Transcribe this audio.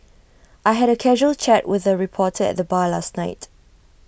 I had A casual chat with A reporter at the bar last night